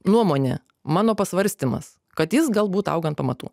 nuomonė mano pasvarstymas kad jis galbūt auga ant pamatų